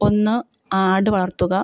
ഒന്ന് ആട് വളർത്തുക